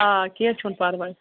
آ کیٚنٛہہ چھُنہٕ پَرواے